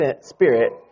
spirit